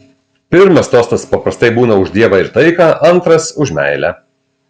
pirmas tostas paprastai būna už dievą ir taiką antras už meilę